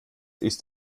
ist